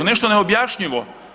Nešto neobjašnjivo.